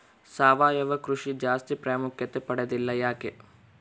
ಸಾವಯವ ಕೃಷಿ ಜಾಸ್ತಿ ಪ್ರಾಮುಖ್ಯತೆ ಪಡೆದಿಲ್ಲ ಯಾಕೆ?